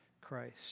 christ